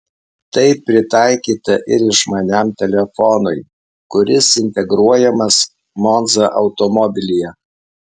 tai pritaikyta ir išmaniam telefonui kuris integruojamas monza automobilyje